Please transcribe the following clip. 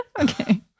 okay